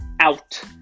out